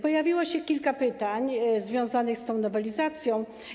Pojawiło się kilka pytań związanych z tą nowelizacją.